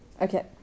Okay